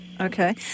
Okay